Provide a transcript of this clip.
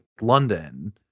London